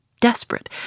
desperate